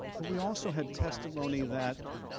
but we also have testimony that